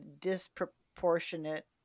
disproportionate